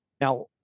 Now